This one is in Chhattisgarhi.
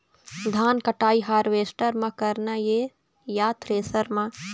धान कटाई हारवेस्टर म करना ये या थ्रेसर म?